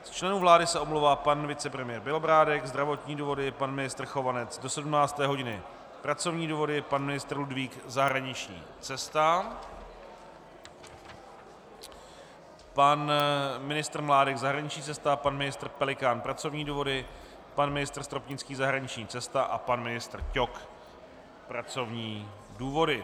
Z členů vlády se omlouvá pan vicepremiér Bělobrádek zdravotní důvody, pan ministr Chovanec do 17. hodiny pracovní důvody, pan ministr Ludvík zahraniční cesta, pan ministr Mládek zahraniční cesta, pan ministr Pelikán pracovní důvody, pan ministr Stropnický zahraniční cesta a pan ministr Ťok pracovní důvody.